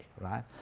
right